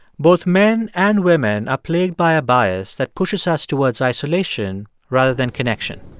both men and women are plagued by a bias that pushes us towards isolation rather than connection.